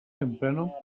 temprano